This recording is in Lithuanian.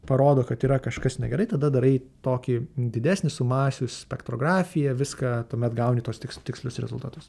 parodo kad yra kažkas negerai tada darai tokį didesnį su masių spektrografija viską tuomet gauni tuos tik tikslius rezultatus